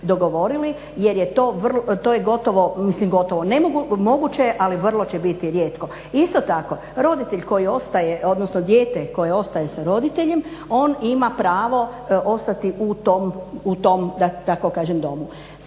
dogovorili jer je to gotovo, mislim gotovo, moguće je ali vrlo će biti rijetko. Isto tako roditelj koji ostaje, odnosno dijete koje ostaje sa roditeljem on ima pravo ostati u tom da